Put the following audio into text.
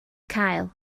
cael